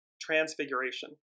transfiguration